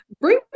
Bring